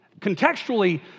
Contextually